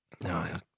No